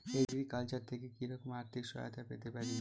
Agriculture থেকে কি রকম আর্থিক সহায়তা পেতে পারি?